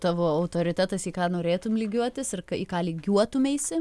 tavo autoritetas į ką norėtum lygiuotis ir ka į ką lygiuotumeisi